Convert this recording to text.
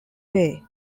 way